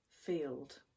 field